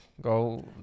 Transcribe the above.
Go